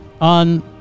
on